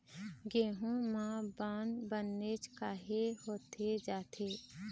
गेहूं म बंद बनेच काहे होथे जाथे?